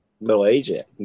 middle-aged